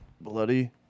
Bloody